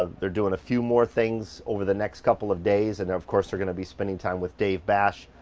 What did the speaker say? ah they're doing a few more things over the next couple of days. and of course, they're going to be spending time with dave bash,